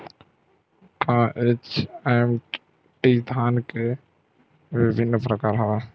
का एच.एम.टी धान के विभिन्र प्रकार हवय?